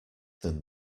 than